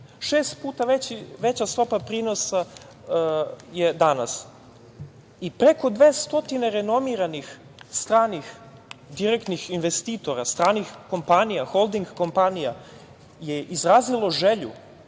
šest puta veća stopa prinosa. Preko 200 renomiranih stranih direktnih investitora, stranih kompanija, holding kompanija je izrazilo želju